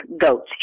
goats